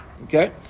Okay